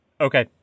okay